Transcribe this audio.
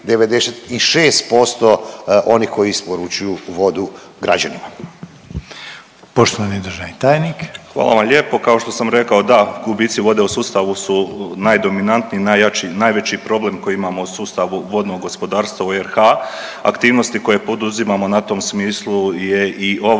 Poštovani državni tajnik. **Šiljeg, Mario (HDZ)** Hvala vam lijepo. Kao što sam rekao da gubici u sustavu su najdominantniji i najjači, najveći problem koji imamo u sustavu vodnog gospodarstva u RH. Aktivnosti koje poduzimamo na tom smislu je i ova